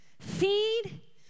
feed